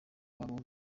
waba